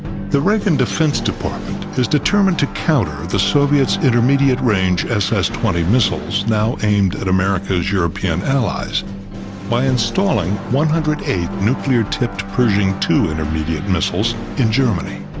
the reagan defense department is determined to counter the soviet's intermediate range ss twenty missiles now aimed at america's european allies by installing one hundred and eight nuclear-tipped pershing two intermediate missiles in germany.